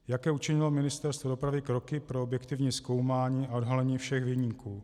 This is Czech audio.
Jaké učinilo Ministerstvo dopravy kroky pro objektivní zkoumání a odhalení všech viníků?